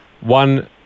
one